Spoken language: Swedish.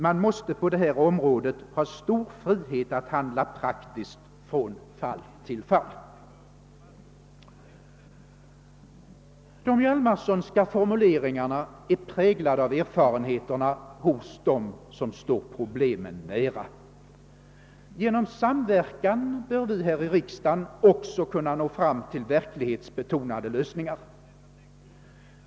Man måste på det här området ha stor frihet att handla praktiskt från fall till fall.» De Hjalmarsonska formuleringarna är präglade av erfarenheterna hos dem som står problemen nära. Genom samverkan bör vi här i riksdagen också kunna nå fram till verklighetsbetonade lösningar.